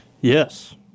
Yes